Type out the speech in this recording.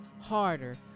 harder